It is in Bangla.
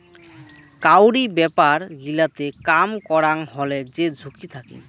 কাউরি ব্যাপার গিলাতে কাম করাং হলে যে ঝুঁকি থাকি